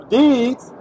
deeds